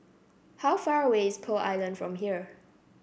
how far away is Pearl Island from here